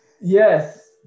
Yes